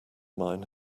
mine